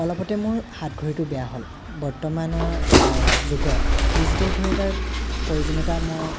অলপতে মোৰ হাত ঘড়ীটো বেয়া হ'ল বৰ্তমানৰ যুগত ডিজিটেল ঘড়ী এটাৰ প্ৰয়োজনীয়তা মই